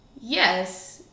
Yes